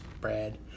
Brad